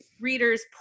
readers